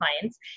clients